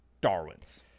Darwin's